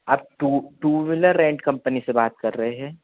आप two two wheeler rent company से बात कर रहे हैं